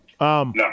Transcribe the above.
No